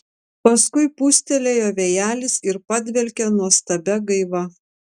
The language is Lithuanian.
paskui pūstelėjo vėjelis ir padvelkė nuostabia gaiva